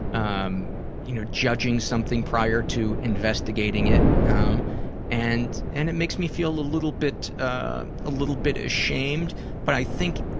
um you know, judging prior to investigating it and and it makes me feel a little bit ah ah little bit ashamed but i think,